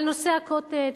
על נושא ה"קוטג'",